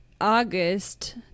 august